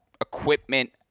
equipment